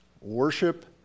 worship